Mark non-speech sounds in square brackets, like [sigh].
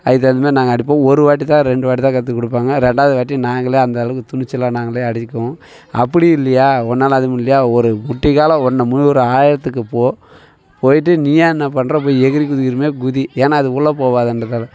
அதுக்கு தகுந்தமாரி நாங்கள் அடிப்போம் ஒரு வாட்டிதான் ரெண்டு வாட்டிதான் கத்துக்கொடுப்பாங்க ரெண்டாவது வாட்டி நாங்களே அந்தளவுக்கு துணிச்சலாக நாங்களே அடிச்சிக்குவோம் அப்படியும் இல்லையா உன்னால அதுவும் முடியலயா ஒரு முட்டிக்காலை ஒன்ன முழுகுற ஆழத்துக்கு போ போய்ட்டு நீயா என்ன பண்ணுற போய் எகிறி குதிக்கிறமாதிரி குதி ஏன்னா அது உள்ள போகாது அந்த [unintelligible]